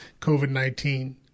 COVID-19